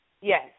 Yes